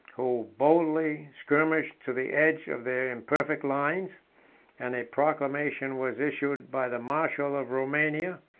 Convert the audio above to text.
who boldly skirmished to the edge of their imperfect lines and a proclamation was issued by the marshal of romania,